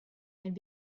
and